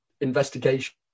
investigation